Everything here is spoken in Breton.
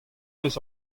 eus